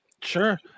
Sure